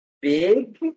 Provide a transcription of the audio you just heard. big